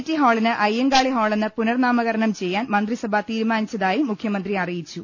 T ഹാളിന് അയ്യങ്കാളി ഹാളെന്ന് പുനർനാമ കരണം ചെയ്യാൻ മന്ത്രിസഭ തീരുമാനിച്ചതായും മുഖ്യമന്ത്രി അറി യിച്ചു